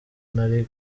nari